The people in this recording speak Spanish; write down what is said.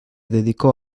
dedicó